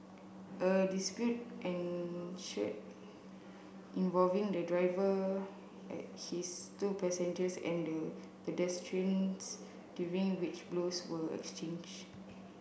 a dispute ensued involving the driver his two passengers and the pedestrians during which blows were exchanged